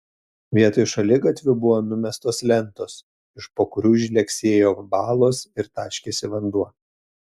vietoj šaligatvių buvo numestos lentos iš po kurių žlegsėjo balos ir taškėsi vanduo